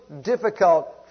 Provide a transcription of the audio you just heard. difficult